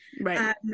Right